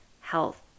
health